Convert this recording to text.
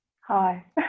Hi